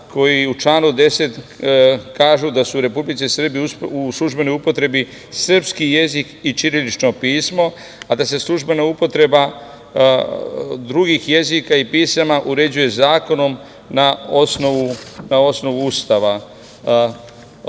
koji u članu 10. kažu da su u Republici Srbiji u službenoj upotrebi srpski jezik i ćirilično pismo, a da se službena upotreba drugih jezika i pisama uređuje zakonom na osnovu Ustava. Ovo